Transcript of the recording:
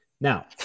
now